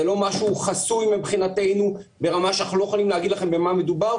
זה לא משהו חסוי מבחינתנו ברמה שאנחנו לא יכולים להגיד לכם במה מדובר,